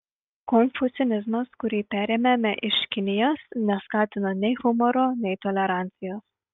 konfucianizmas kurį perėmėme iš kinijos neskatino nei humoro nei tolerancijos